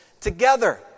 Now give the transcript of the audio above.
together